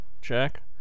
check